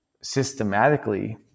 systematically